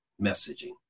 messaging